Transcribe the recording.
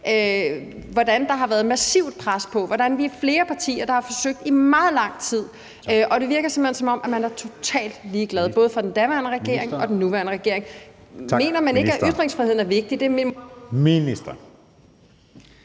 hvordan der har været massivt pres på, og hvordan vi er flere partier, der har forsøgt i meget lang tid, og det virker simpelt hen, som om man er totalt ligeglad, både fra den daværende regerings og fra den nuværende regerings side. Mener man ikke, at ytringsfriheden er vigtig?